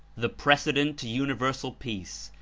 the precedent to universal peace,